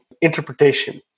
interpretation